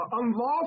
unlawful